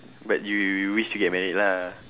but you you you wish to get married lah